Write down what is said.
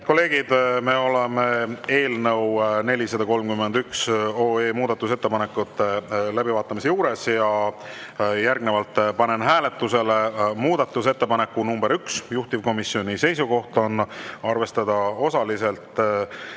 kolleegid, me oleme eelnõu 431 muudatusettepanekute läbivaatamise juures. Panen hääletusele muudatusettepaneku nr 1, juhtivkomisjoni seisukoht on arvestada osaliselt